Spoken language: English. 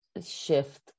shift